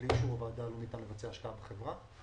בלי אישור הוועדה לא ניתן לבצע השקעה בחברה.